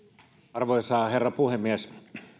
arvoisa herra puhemies